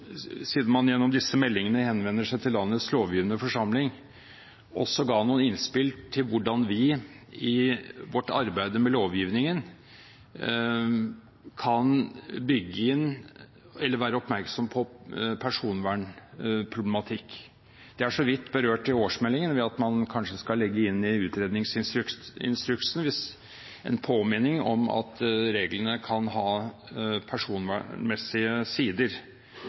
siden man gjennom disse meldingene henvender seg til landets lovgivende forsamling, også gir noen innspill til hvordan vi – i vårt arbeid med lovgivningen – kan være oppmerksom på personvernproblematikk. Det er så vidt berørt i årsmeldingen ved at man kanskje i utredningsinstruksene skal legge inn en påminning om at reglene kan ha personvernmessige sider.